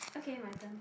okay my turn